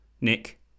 Nick